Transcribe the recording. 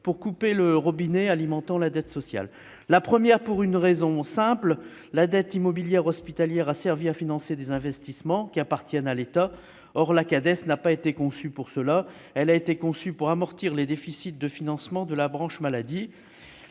pour couper le robinet alimentant la dette sociale. La première orientation s'explique simplement : la dette hospitalière a servi à financer des investissements qui appartiennent à l'État. Or la Cades n'a pas été conçue pour cela, mais pour amortir les déficits de financement de la branche maladie.